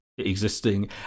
existing